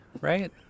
right